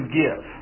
give